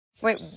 Wait